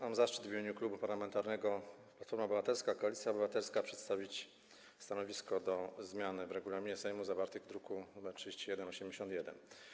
Mam zaszczyt w imieniu Klubu Parlamentarnego Platforma Obywatelska - Koalicja Obywatelska przedstawić stanowisko odnośnie do zmian w regulaminie Sejmu, zawartych w druku nr 3181.